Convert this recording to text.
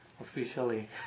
officially